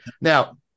Now